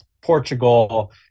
Portugal